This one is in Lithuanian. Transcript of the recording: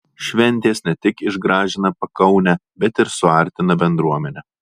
šventės ne tik išgražina pakaunę bet ir suartina bendruomenę